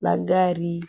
na gari.